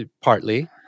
partly